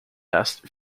asked